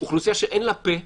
אוכלוסייה שאין לה פה,